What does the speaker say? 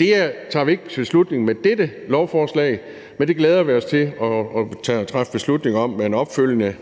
Det tager vi ikke beslutning om med dette lovforslag, men det glæder vi os til at træffe beslutning om med en opfølgende